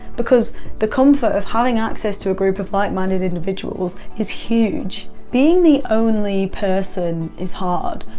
because the comfort of having access to a group of like-minded individuals is huge. being the only person is hard.